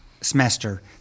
semester